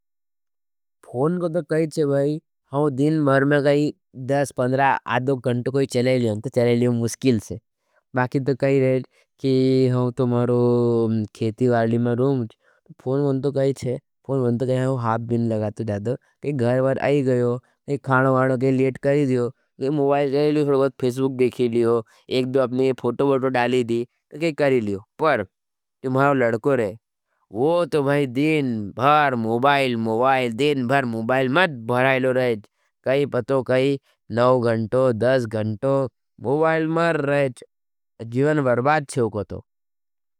फोन को तो कही चे भाई, हम दिन भर में काई दस पंद्रह आदो गंट कोई चले लियों। तो चले लियों मुश्किल से। बाखी तो कही रहे, के हम तो मारो खेती वाली में रोम जी, फोन में तो कही चे, फोन में तो कही, हम शाद बिन लगाती चाहते थो। के घरवार आई गएओ, के खाणुबाण में के लेट करे लियों, के मुबाईल चले लियों, फ़ेस्बूक देखे लियों। एक दुआ अपने फोटो बढ़ो डाले लियों, तो के करे लियों। तुम्हारो लडको रहे वो तो भाई दिन भार मुबाईल मुबाईल, दिन भार मुबाईल मत बहरायेलो रहेच काई पतो काई नव घंटो दस घंटो मुबाईल मर रहेच जीवन वर्बात छे वोको तो।